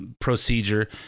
procedure